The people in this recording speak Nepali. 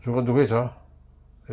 सुख दुःखै छ